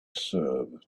serve